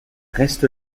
reste